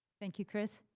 thank you, chris.